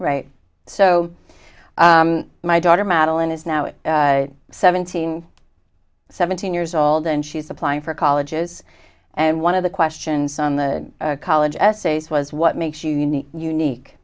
right so my daughter madeline is now is seventeen seventeen years old and she's applying for colleges and one of the questions on the college essays was what makes you unique unique